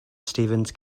stevens